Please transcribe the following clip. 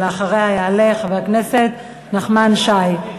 ואחריה יעלה חבר הכנסת נחמן שי.